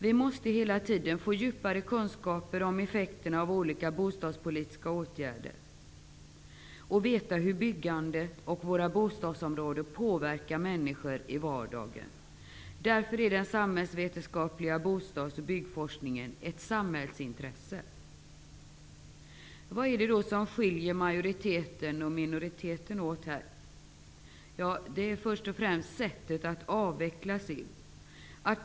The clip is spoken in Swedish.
Vi måste hela tiden få djupare kunskaper om effekterna av olika bostadspolitiska åtgärder och veta hur byggandet och våra bostadsområden påverkar människor i vardagen. Därför är den samhällsvetenskapliga bostads och byggforskningen ett samhällsintresse. Vad är det som skiljer majoriteten och minoriteten åt? Det är först och främst sättet att avveckla SIB.